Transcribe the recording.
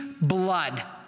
Blood